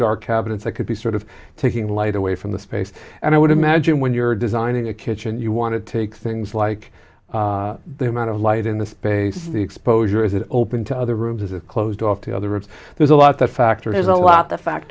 dark cabinets it could be sort of taking light away from the space and i would imagine when you're designing a kitchen you want to take things like the amount of light in the space the exposure is it open to other rooms as a closed off the other it's there's a lot that factor is a lot the fact